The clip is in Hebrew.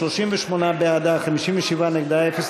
תשלום חובות,